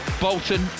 Bolton